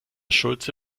schulze